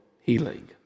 healing